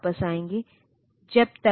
तो चाहे data memory से हो या आईओ डिवाइस से